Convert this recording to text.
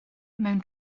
mewn